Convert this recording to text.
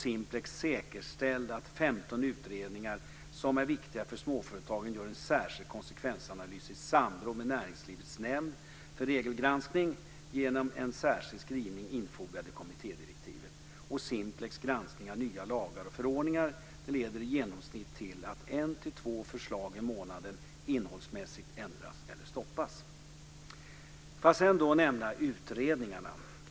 Simplex säkerställde att det i 15 utredningar som är viktiga för småföretagen görs en särskild konsekvensanslys i samråd med Näringslivets nämnd för regelgranskning genom en särskild skrivning infogad i kommittédirektivet. Simplex granskning av nya lagar och förordningar leder i genomsnitt till att ett till två förslag i månaden innehållsmässigt ändras eller stoppas. Jag vill sedan nämna utredningarna.